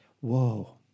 whoa